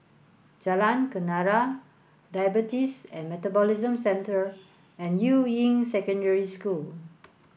Jalan Kenarah Diabetes and Metabolism Centre and Yuying Secondary School